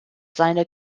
seiner